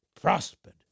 prospered